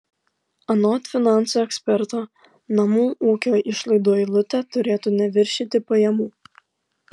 anot finansų eksperto namų ūkio išlaidų eilutė turėtų neviršyti pajamų